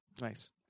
Nice